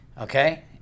Okay